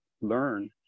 learn